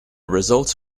results